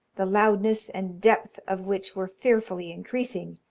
the loudness and depth of which were fearfully increasing,